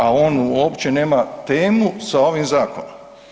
A on uopće nema temu sa ovim zakonom.